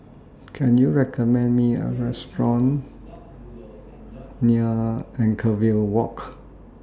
Can YOU recommend Me A Restaurant near Anchorvale Walk